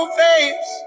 face